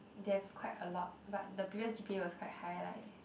they have quite a lot but the previous g_p_a was quite high like